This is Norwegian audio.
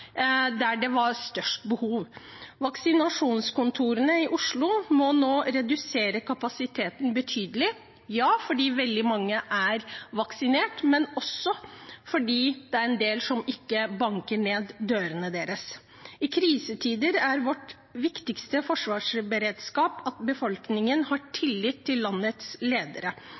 der det var størst behov. Vaksinasjonskontorene i Oslo må nå redusere kapasiteten betydelig – både fordi veldig mange er vaksinert, og fordi det er en del som ikke banker ned dørene deres. I krisetider er vår viktigste forsvarsberedskap at befolkningen har tillit til landets ledere,